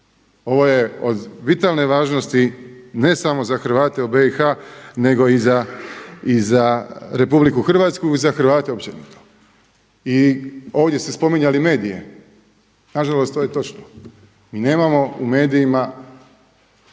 Ovo je od vitalne važnosti ne samo za Hrvate u BIH nego i za RH i za Hrvate općenito. I ovdje ste spominjali medije, nažalost to je točno mi nemamo u medijima